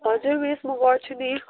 हजुर मिस म गर्छु नि